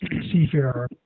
seafarer